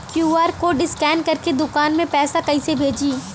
QR code scan करके दुकान में पैसा कइसे भेजी?